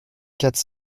quatre